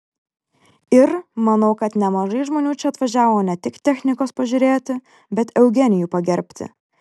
ir manau kad nemažai žmonių čia atvažiavo ne tik technikos pažiūrėti bet eugenijų pagerbti